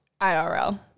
IRL